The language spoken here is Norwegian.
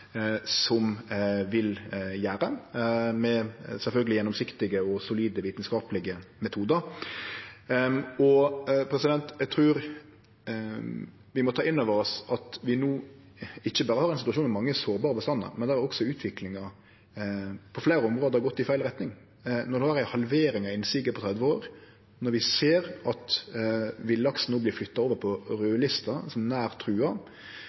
som vil gjere, sjølvsagt med gjennomsiktige og solide vitskaplege metodar. Eg trur vi må ta inn over oss at vi no ikkje berre har ein situasjon med mange sårbare bestandar, men der også utviklinga på fleire område har gått i feil retning. Når det er ei halvering av innsiget på 30 år, når vi ser at villaksen no vert flytta over på raudlista som nær trua,